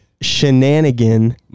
shenanigan